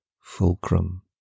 fulcrum